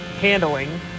handling